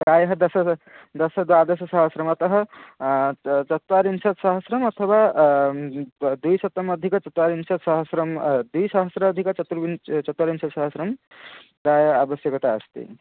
प्रायः दश दशद्वादशसहस्रतः च चत्वारिंशत् सहस्रम् अथवा द्विशतमधिकचत्वारिंशत् सहस्रं द्विसहस्राधिकचतुर्विं चतुर्विंशतिसहस्रं प्रायः अवश्यकता अस्ति